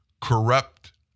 corrupt